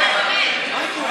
17 נגד, עכשיו, רק שנייה.